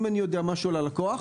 אם אני יודע משהו על הלקוח,